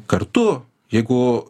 kartu jeigu